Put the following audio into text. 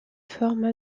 forment